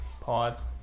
pause